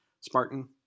Spartan